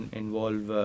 involve